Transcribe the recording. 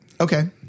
Okay